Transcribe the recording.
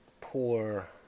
poor